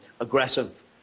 aggressive